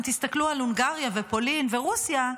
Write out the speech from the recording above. אם תסתכלו על הונגריה ופולין ורוסיה,